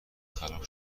خراب